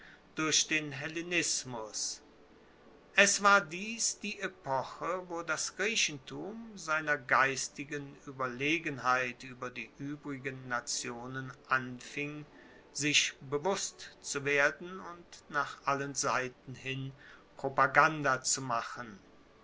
durch den hellenismus es war dies die epoche wo das griechentum seiner geistigen ueberlegenheit ueber die uebrigen nationen anfing sich bewusst zu werden und nach allen seiten hin propaganda zu machen